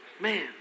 Man